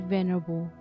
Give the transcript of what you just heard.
Venerable